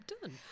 done